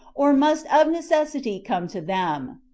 or must of necessity come to them.